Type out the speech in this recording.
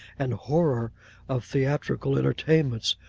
and horror of theatrical entertainments,